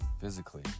physically